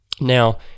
Now